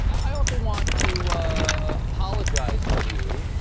i also want to apologize to you,